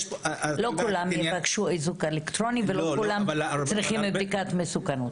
יש פה לא כולם יבקשו איזוק אלקטרוני ולא כולם צריכים בדיקת מסוכנות.